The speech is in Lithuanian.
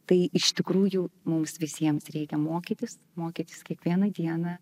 tai iš tikrųjų mums visiems reikia mokytis mokytis kiekvieną dieną